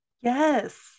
yes